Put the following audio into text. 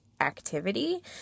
activity